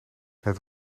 het